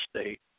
State